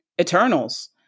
Eternals